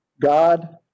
God